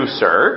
sir